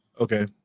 Okay